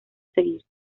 seguir